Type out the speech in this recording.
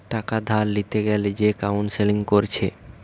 টাকা ধার লিতে গ্যালে যে কাউন্সেলিং কোরছে